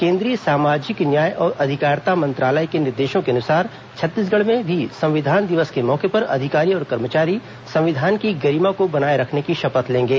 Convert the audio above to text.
केन्द्रीय सामाजिक न्याय और अधिकारिता मंत्रालय के निर्देशों के अनुसार छत्तीसगढ़ में भी संविधान दिवस के मौके पर अधिकारी और कर्मचारी संविधान की गरिमा को बनाए रखने की शपथ लेंगे